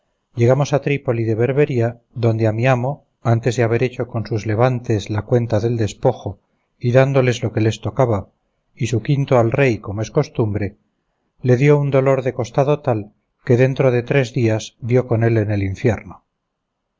llegamos a trípol de berbería adonde a mi amo antes de haber hecho con sus levantes la cuenta del despojo y dádoles lo que les tocaba y su quinto al rey como es costumbre le dio un dolor de costado tal que dentro de tres días dio con él en el infierno